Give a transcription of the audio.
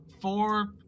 four